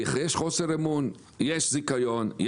יש זיכיון,